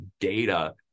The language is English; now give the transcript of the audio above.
data